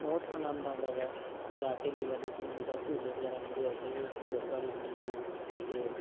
ਬਹੁਤ ਆਨੰਦ ਆਉਂਦਾ ਹੈਗਾ ਜਾ ਕੇ ਮੇਲਾ ਦੇਖਣ ਨੂੰ ਮਿਲਦਾ ਝੂਲੇ ਵਗੈਰਾ ਹੁੰਦੇ ਆ ਉੱਥੇ ਘੋੜ ਸਵਾਰੀ ਹੁੰਦੀ ਆ ਅਤੇ